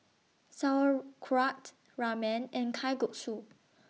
Sauerkraut Ramen and Kalguksu